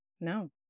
No